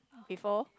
before